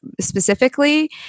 specifically